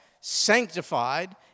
sanctified